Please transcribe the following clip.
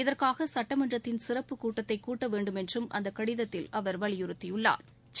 இதற்காக சட்டமன்றத்தின் சிறப்பு கூட்டத்தை கூட்ட வேண்டும் என்றும் அந்த கடிதத்தில் அவர் வலிபுறத்தினாா்